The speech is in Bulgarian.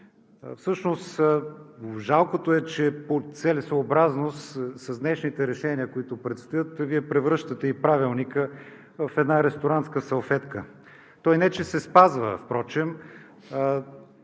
Всъщност жалкото е, че по целесъобразност с днешните решения, които предстоят, Вие превръщате и Правилника в една ресторантска салфетка. Той не че се спазва впрочем,